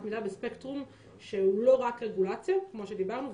מידע בספקטרום שהוא לא רק רגולציה כמו דיברתם,